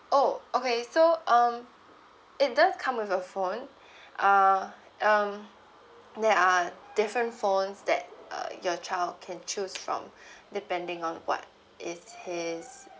oh okay so um it dose come with a phone uh um there are different phones that uh your child can choose from depending on what is his